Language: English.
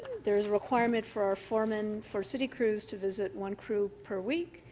there's a requirement for our foreman for city crews to visit one crew per week.